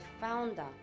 founder